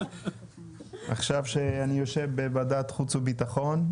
עכשיו כשאני יושב בוועדת חוץ וביטחון,